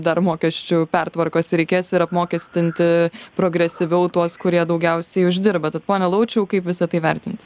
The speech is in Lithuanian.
dar mokesčių pertvarkos reikės ir apmokestinti progresyviau tuos kurie daugiausiai uždirba tad pone laučiau kaip visa tai vertinti